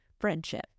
friendship